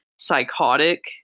psychotic